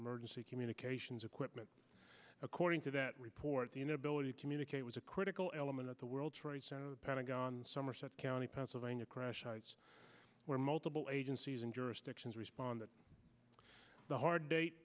emergency communications equipment according to that report the inability to communicate was a critical element at the world trade center the pentagon somerset county pennsylvania crash sites where multiple agencies and jurisdictions responded the hard date